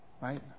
Right